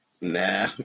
Nah